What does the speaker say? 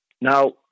Now